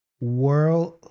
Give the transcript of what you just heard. world